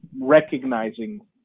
recognizing